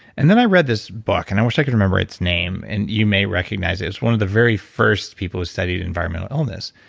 and then i read this book and i wish i could remember its name and you may recognize it as one of the very first people who studied environmental illness.